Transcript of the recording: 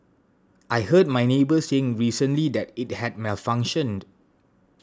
I heard my neighbour saying recently that it had malfunctioned